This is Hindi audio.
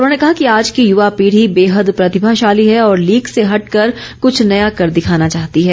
उन्होंने कहा कि आज की यूवा पीढ़ी बेहद प्रतिभाशाली है और लीक से हटकर कुछ नया कर दिखाना चाहती है